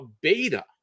beta